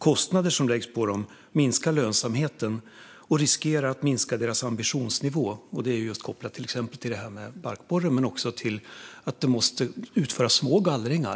Kostnader som läggs på dem minskar lönsamheten och riskerar att minska deras ambitionsnivå, kopplat till just det här med barkborren. Men om industrin ska få virke måste det också utföras små gallringar.